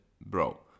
bro